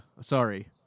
Sorry